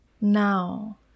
Now